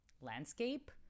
landscape